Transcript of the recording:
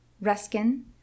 Ruskin